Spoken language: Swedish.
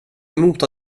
emot